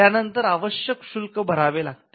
त्या नंतर आवश्यक शुल्क भरावे लागते